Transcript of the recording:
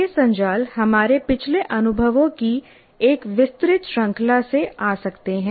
ये संजाल हमारे पिछले अनुभवों की एक विस्तृत श्रृंखला से आ सकते हैं